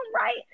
right